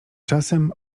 czasem